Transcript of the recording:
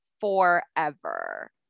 forever